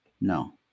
No